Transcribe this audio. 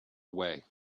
way